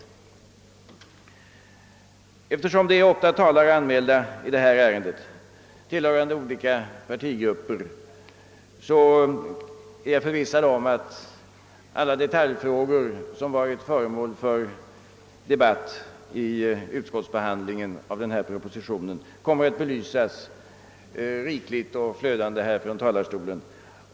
Eftersom det är åtta talare, tillhörande olika partigrupper, anmälda i detta ärende, är jag förvissad om att alla detaljfrågor som varit föremål för debatt vid utskottsbehandlingen av propositionen kommer att belysas rikligt och flödande från denna talarstol.